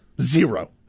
Zero